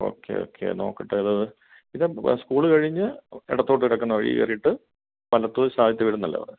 okay okay നോക്കട്ടെ അത് ഇത് സ്കൂള് കഴിഞ്ഞ് എടത്തോട്ട് കിടക്കുന്ന വഴി കയറിയിട്ട് വലത്തു വശമായിട്ട് വരുമെന്നല്ലേ പറഞ്ഞത്